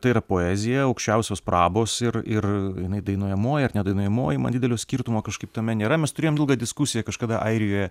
tai yra poezija aukščiausios prabos ir ir jinai dainuojamoji ar nedainuojamoji man didelio skirtumo kažkaip tame nėra mes turėjom ilgą diskusiją kažkada airijoje